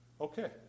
Okay